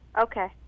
Okay